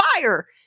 fire